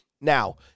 Now